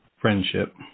friendship